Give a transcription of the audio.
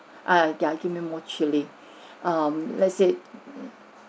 err yeah give me more chilli um let's say